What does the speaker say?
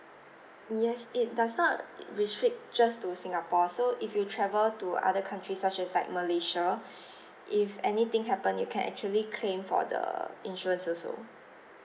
yes it does not restrict just to singapore so if you travel to other countries such as like malaysia if anything happen you can actually claim for the insurance also